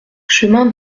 chemin